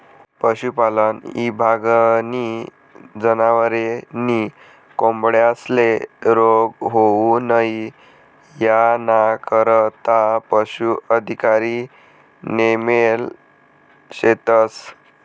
पशुपालन ईभागनी जनावरे नी कोंबड्यांस्ले रोग होऊ नई यानाकरता पशू अधिकारी नेमेल शेतस